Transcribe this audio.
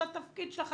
זה התפקיד שלך,